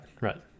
right